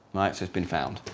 it's it's been found.